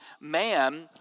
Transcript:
man